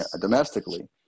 domestically